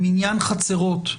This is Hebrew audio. במניין חצרות,